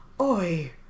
oi